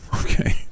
Okay